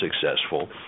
successful